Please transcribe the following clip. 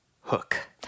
hook